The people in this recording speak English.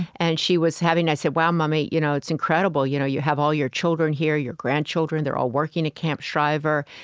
and she was having i said, wow, mummy, you know it's incredible. you know you have all your children here, your grandchildren. they're all working at camp shriver.